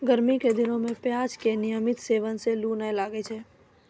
गर्मी के दिनों मॅ प्याज के नियमित सेवन सॅ लू नाय लागै छै